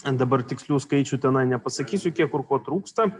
ant dabar tikslių skaičių tenai nepasakysiu kiek kur ko trūksta